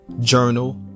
journal